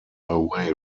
away